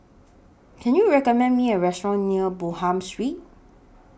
Can YOU recommend Me A Restaurant near Bonham Street